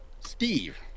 Steve